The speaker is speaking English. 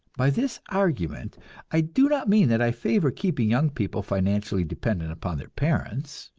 by this argument i do not mean that i favor keeping young people financially dependent upon their parents.